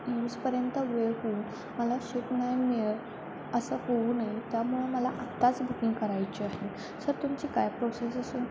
युस्तपर्यंत वेळ होऊन मला शिट नाही मिळत असं होऊ नये त्यामुळे मला आत्ताच बुकिंग करायची आहे सर तुमची काय प्रोसेस असं